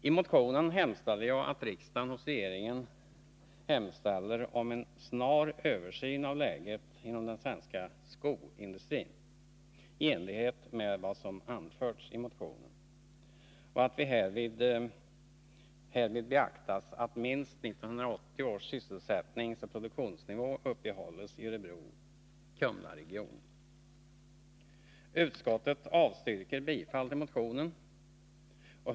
I motionen hemställer jag att riksdagen hos regeringen anhåller om en snar översyn av läget inom den svenska skoindustrin, i enlighet med vad som anförts i motionen, och att härvid beaktas att minst 1980 års sysselsättningsoch produktionsnivå uppehålles i Örebro-Kumlaregionen. Utskottet avstyrker motionen.